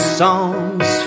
songs